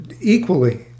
equally